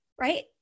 right